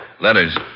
Letters